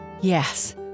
Yes